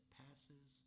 passes